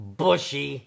bushy